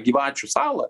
gyvačių salą